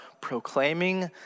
proclaiming